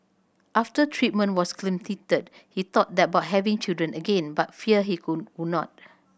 after treatment was completed he thought that about having children again but feared he could would not